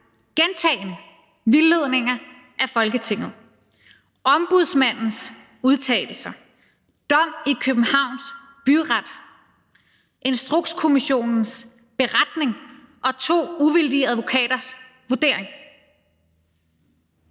gentagne vildledninger af Folketinget, Ombudsmandens udtalelser, dom i Københavns Byret, Instrukskommissionens beretning og to uvildige advokaters vurdering.